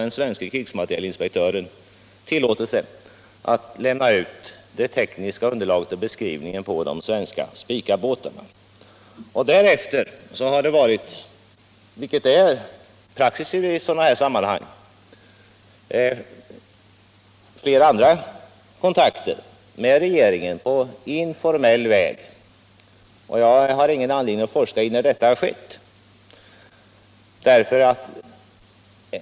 Den svenske krigsmaterielinspektören gav alltså tillåtelse att lämna ut det tekniska underlaget och beskrivningen för de svenska Spicabåtarna. Därefter har regeringen — vilket är praxis i sådana här sammanhang — haft flera kontakter på informell väg, och jag har ingen anledning att forska i när detta skedde.